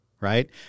right